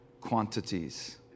quantities